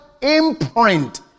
imprint